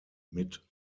mit